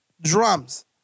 Drums